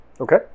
Okay